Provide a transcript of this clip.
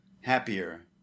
happier